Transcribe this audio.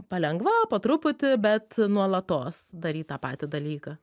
palengva po truputį bet nuolatos daryt tą patį dalyką